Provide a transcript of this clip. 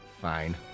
Fine